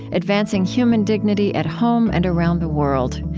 advancing human dignity at home and around the world.